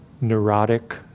neurotic